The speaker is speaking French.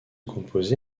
composé